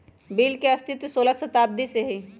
bill के अस्तित्व सोलह शताब्दी से हइ